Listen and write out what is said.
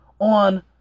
on